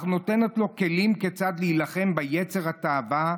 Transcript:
אך נותנת לו כלים להילחם ביצר התאווה,